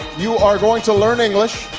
you are going to learn english,